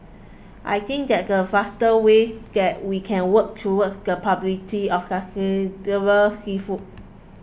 I think that's the fastest way that we can work towards the publicity of sustainable seafood